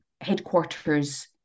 headquarters